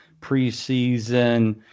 preseason